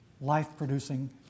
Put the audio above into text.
life-producing